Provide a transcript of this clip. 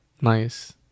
nice